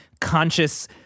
conscious